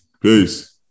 Peace